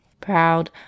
Proud